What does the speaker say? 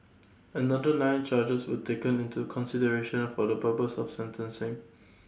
another nine charges were taken into consideration for the purpose of sentencing